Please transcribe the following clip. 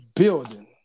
building